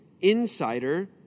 insider